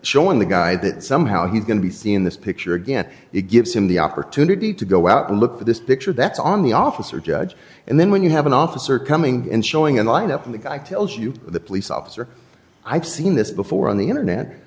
showing the guy that somehow he's going to be seeing this picture again it gives him the opportunity to go out and look at this picture that's on the officer judge and then when you have an officer coming in showing in the lineup and the guy tells you the police officer i've seen this before on the internet